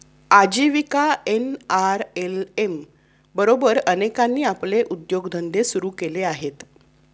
आजीविका एन.आर.एल.एम बरोबर अनेकांनी आपले उद्योगधंदे सुरू केले आहेत